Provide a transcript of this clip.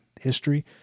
history